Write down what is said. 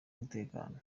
umutekano